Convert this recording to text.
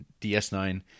DS9